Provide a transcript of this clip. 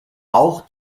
auch